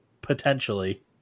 potentially